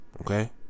okay